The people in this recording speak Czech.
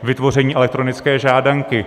Vytvoření elektronické žádanky.